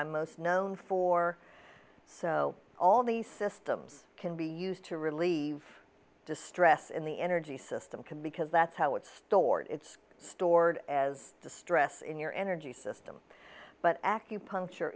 i'm most known for so all the systems can be used to relieve distress in the energy system can because that's how it's stored it's stored as the stress in your energy system but acupuncture